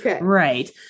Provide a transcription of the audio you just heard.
Right